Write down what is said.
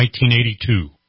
1982